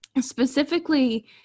Specifically